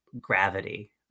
gravity